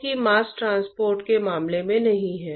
अतः इसे external flow कहते हैं